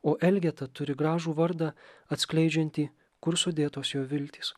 o elgeta turi gražų vardą atskleidžiantį kur sudėtos jo viltys